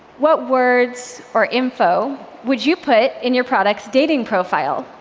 what words or info would you put in your product's dating profile?